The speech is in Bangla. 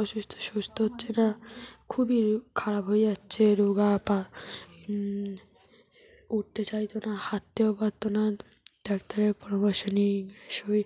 অসুস্থ সুস্থ হচ্ছে না খুবই খারাপ হয়ে যাচ্ছে রোগা পা উঠতে চাইত না হাঁটতেও পারত না ডাক্তারের পরামর্শ নিই আমরা সবাই